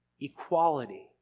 equality